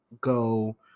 go